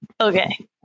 okay